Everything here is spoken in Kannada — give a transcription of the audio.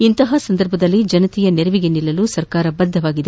ಇಂತಹ ಸಂದರ್ಭದಲ್ಲಿ ಜನತೆಯ ನೆರವಿಗೆ ನಿಲ್ಲಲು ಸರಕಾರ ನಿಲ್ಲಲು ಬದ್ದವಾಗಿದೆ